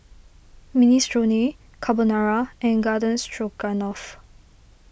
Minestrone Carbonara and Garden Stroganoff